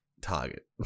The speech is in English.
target